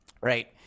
right